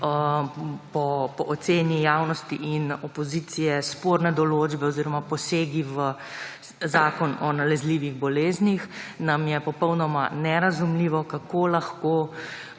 po oceni javnosti in opozicije, sporne določbe oziroma posegi v Zakon o nalezljivih boleznih, nam je popolnoma nerazumljivo, kako lahko